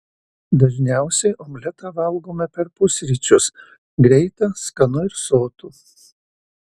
dažniausiai omletą valgome per pusryčius greita skanu ir sotu